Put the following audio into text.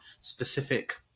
specific